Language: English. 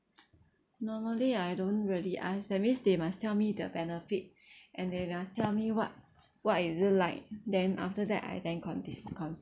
normally I don't really ask that means they must tell me the benefit and they must tell me what what is it like then after that I then condis~ consider